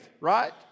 right